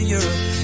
Europe